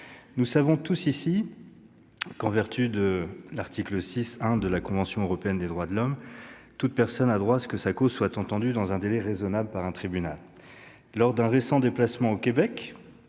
pourtant tous ici que, en vertu du paragraphe 1 de l'article 6 de la Convention européenne des droits de l'homme, « toute personne a droit à ce que sa cause soit entendue [...] dans un délai raisonnable, par un tribunal ». Lors d'un récent déplacement au Québec,